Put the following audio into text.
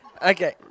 Okay